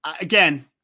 again